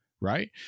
right